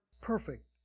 perfect